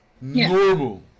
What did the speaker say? normal